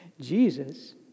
Jesus